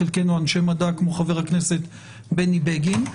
חלקנו אנשי מדע כמו חבר הכנסת בני בגין,